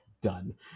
done